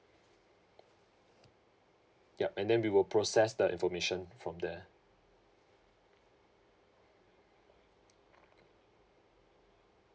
yup and then we will process the information from there